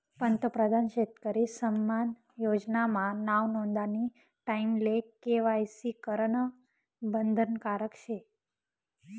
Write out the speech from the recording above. पंतप्रधान शेतकरी सन्मान योजना मा नाव नोंदानी टाईमले के.वाय.सी करनं बंधनकारक शे